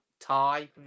tie